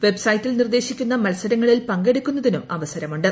വെബ്സൈറ്റിൽ നിർദേശിക്കുന്ന മത്സരങ്ങളിൽ പങ്കെടുക്കുന്നതിനും അവസരമുണ്ട്